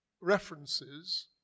references